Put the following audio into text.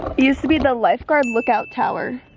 it used to be the lifeguard lookout tower.